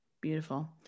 Beautiful